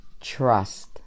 trust